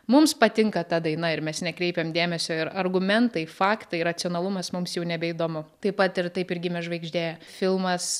mums patinka ta daina ir mes nekreipiam dėmesio ir argumentai faktai racionalumas mums jau nebeįdomu taip pat ir taip ir gimė žvaigždė filmas